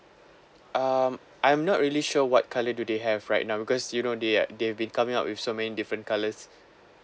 um I'm not really sure what colour do they have right now because you know they had they've been coming up with so many different colours